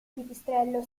pipistrello